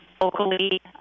Locally